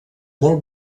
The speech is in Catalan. molt